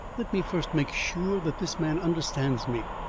let me first make sure that this man understands me.